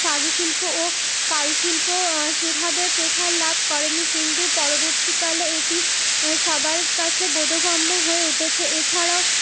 চারুশিল্প ও কারুশিল্প সেভাবে প্রসার লাভ করেনি কিন্তু পরবর্তীকালে এটি সবার কাছে বোধগম্য হয়ে উঠেছে এছাড়াও